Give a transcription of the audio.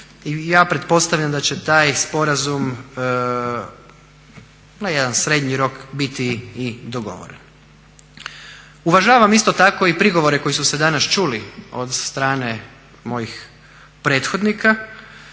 Ja pretpostavljam da će taj sporazum na jedan srednji rok biti i dogovoren. Uvažavam isto tako i prigovore koji su se danas čuli od strane mojih prethodnika.